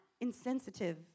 insensitive